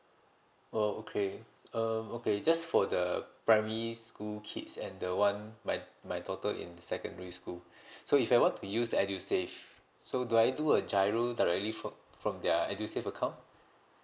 oh okay um okay just for the primary school kids and the one my my daughter in secondary school so if I want to use the edusave so do I do a giro directly from from their edusave account